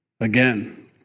again